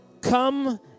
Come